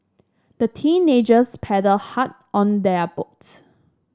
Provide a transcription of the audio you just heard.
the teenagers paddled hard on their boat